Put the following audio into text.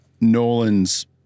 Nolan's